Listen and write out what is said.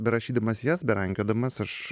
berašydamas jas berankiodamas aš